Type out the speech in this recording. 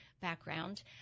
background